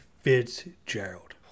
Fitzgerald